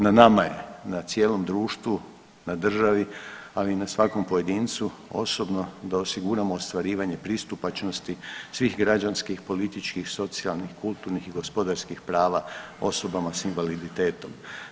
Na nama je i na cijelom društvu, na državi, ali i na svakom pojedincu osobno da osiguramo ostvarivanje pristupačnosti svih građanskih, političkih, socijalnih, kulturnih i gospodarskih prava osobama s invaliditetom.